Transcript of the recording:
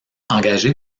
engagé